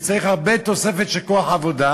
וצריך הרבה תוספת של כוח עבודה,